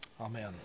Amen